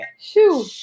Shoo